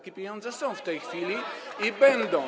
I pieniądze są w tej chwili i będą.